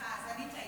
סליחה, אני טעיתי.